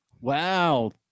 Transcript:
Wow